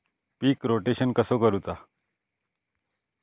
पीक rotation कसा करूचा?